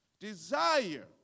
desire